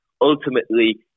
ultimately